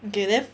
okay then